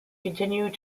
continued